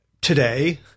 today